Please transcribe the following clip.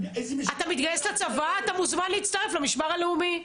אתה מוזמן להצטרף למשמר הלאומי.